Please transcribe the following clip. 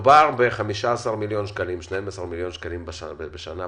מדובר ב-12 מיליון שקלים בשנה.